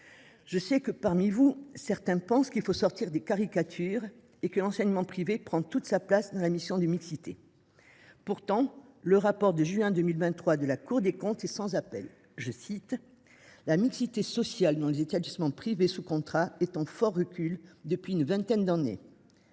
certains parmi vous pensent qu’il faut sortir des caricatures et que l’enseignement privé prend déjà toute sa part pour répondre à l’impératif de mixité. Pourtant, le rapport de juin 2023 de la Cour des comptes établit sans appel que « la mixité sociale dans les établissements privés sous contrat est en fort recul depuis une vingtaine d’années ».